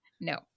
No